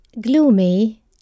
gloomy